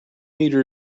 meter